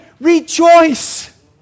Rejoice